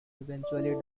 eventually